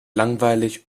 langweilig